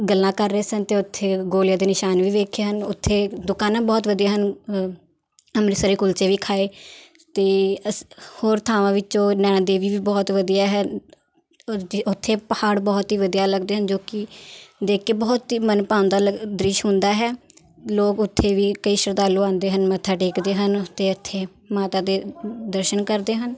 ਗੱਲਾਂ ਕਰ ਰਹੇ ਸਨ ਅਤੇ ਉੱਥੇ ਗੋਲੀਆਂ ਦੇ ਨਿਸ਼ਾਨ ਵੀ ਵੇਖੇ ਹਨ ਉੱਥੇ ਦੁਕਾਨਾਂ ਬਹੁਤ ਵਧੀਆ ਹਨ ਅੰਮ੍ਰਿਤਸਰੀ ਕੁਲਚੇ ਵੀ ਖਾਏ ਅਤੇ ਅਸੀਂ ਹੋਰ ਥਾਵਾਂ ਵਿੱਚੋਂ ਨੈਣਾ ਦੇਵੀ ਵੀ ਬਹੁਤ ਵਧੀਆ ਹੈ ਉੱਥੇ ਉੱਥੇ ਪਹਾੜ ਬਹੁਤ ਹੀ ਵਧੀਆ ਲੱਗਦੇ ਹਨ ਜੋ ਕਿ ਦੇਖ ਕੇ ਬਹੁਤ ਹੀ ਮਨ ਭਾਉਂਦਾ ਲਗ ਦ੍ਰਿਸ਼ ਹੁੰਦਾ ਹੈ ਲੋਕ ਉੱਥੇ ਵੀ ਕਈ ਸ਼ਰਧਾਲੂ ਆਉਂਦੇ ਹਨ ਮੱਥਾ ਟੇਕਦੇ ਹਨ ਅਤੇ ਉੱਥੇ ਮਾਤਾ ਦੇ ਦਰਸ਼ਨ ਕਰਦੇ ਹਨ